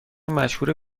مشهور